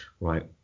Right